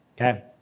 okay